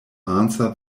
answer